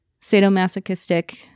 Sadomasochistic